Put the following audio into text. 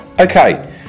okay